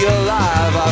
alive